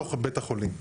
בתוך בית החולים.